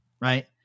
right